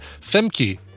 Femke